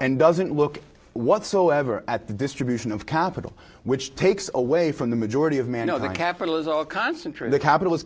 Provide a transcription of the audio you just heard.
and doesn't look whatsoever at the distribution of capital which takes away from the majority of man no the capital is all concentrated capital is